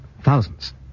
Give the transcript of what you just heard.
Thousands